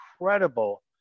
incredible